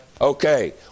Okay